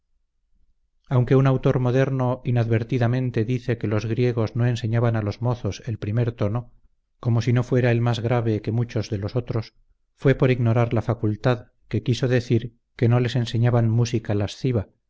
aunque un autor moderno inadvertidamente dice que los griegos no enseñaban a los mozos el primer tono como si no fuera el más grave que muchos de los otros fue por ignorar la facultad que quiso decir que no les enseñaban música lasciva